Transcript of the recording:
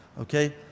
Okay